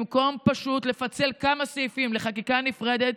במקום פשוט לפצל כמה סעיפים לחקיקה נפרדת,